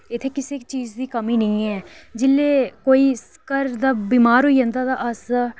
इत्थै कुसै चीज़ दी कमी निं ऐ जेल्लै कोई घर दा बीमार होई जंदा ते अस